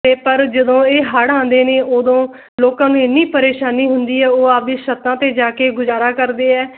ਅਤੇ ਪਰ ਜਦੋਂ ਇਹ ਹੜ੍ਹ ਆਉਂਦੇ ਨੇ ਉਦੋਂ ਲੋਕਾਂ ਨੂੰ ਇੰਨੀ ਪਰੇਸ਼ਾਨੀ ਹੁੰਦੀ ਆ ਉਹ ਆਪਦੀ ਛੱਤਾਂ 'ਤੇ ਜਾ ਕੇ ਗੁਜ਼ਾਰਾ ਕਰਦੇ ਹੈ